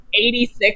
86